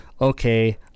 Okay